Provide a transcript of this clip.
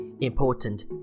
important